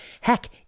Heck